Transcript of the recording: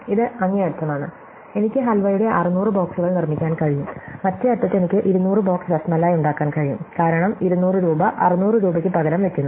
ഇത് അങ്ങേയറ്റമാണ് എനിക്ക് ഹൽവയുടെ 600 ബോക്സുകൾ നിർമ്മിക്കാൻ കഴിയും മറ്റേ അറ്റത്ത് എനിക്ക് 200 ബോക്സ് റാസ്മലൈ ഉണ്ടാക്കാൻ കഴിയും കാരണം 200 രൂപ 600 രൂപയ്ക്ക് പകരം വയ്ക്കുന്നു